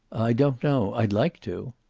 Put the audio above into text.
i don't know. i'd like to.